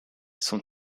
son